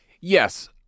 Yes